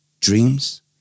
dreams